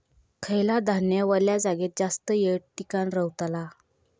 खयला धान्य वल्या जागेत जास्त येळ टिकान रवतला?